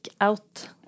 Out